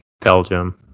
Belgium